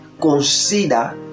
consider